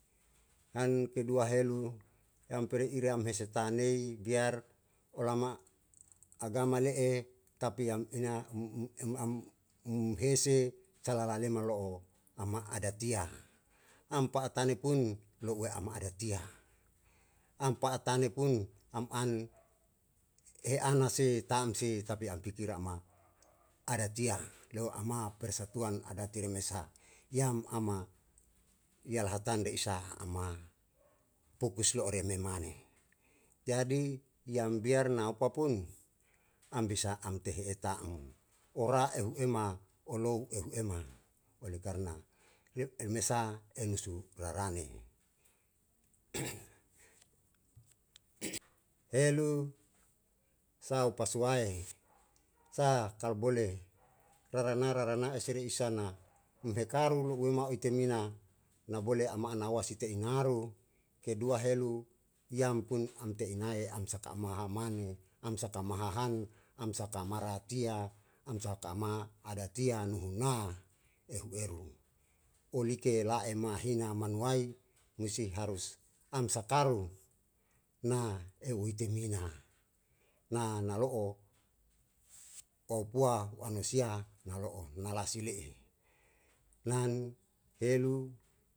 Han kedua helu yam peri iram hesi tanei biar olama agama le'e tapi yam inga m m em am mhese salale ma lo'o ama adatia am pa'atani pun lo'ue am adatia, am pa'atani pun am an ana sei tam si tapi pikir a ma adatia leu ama persatuan adati re me saha, yam ama yalahan le isa ama pukus me oru me mane jadi yam biar na apapun am bisa am tehe eta'm ora ehu ema olou ehu ema oleh karna mesa e nusu rarane helu sau pasuae saha kal boleh rarana rarana eseri isana i hekaru lo'ue ma itemina na boleh am anawa site inaru kedua helu yam pun am te'i inae am saka ama hamanu am saka ma hahan am saka mara tia am saka ma adatia nuhuna ehu eru olite la mahina manuai nusi harus am sakaru na eu hitemina na nalo'o kou pua wanu siha na lo'o na lasi le'e nan helu.